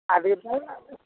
அது